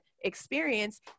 experience